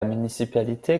municipalité